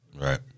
Right